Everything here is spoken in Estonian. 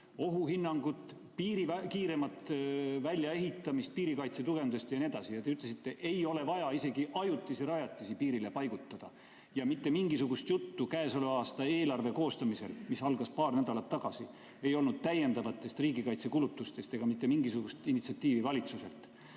ohuhinnangut, piiri kiiremat väljaehitamist, piirikaitse tugevdamist ja nii edasi. Te ütlesite, et ei ole vaja isegi ajutisi rajatisi piirile paigutada. Mitte mingisugust juttu käesoleva aasta eelarve koostamisel, mis algas paar nädalat tagasi, ei olnud täiendavatest riigikaitsekulutustest ega mitte mingisugust initsiatiivi ei tulnud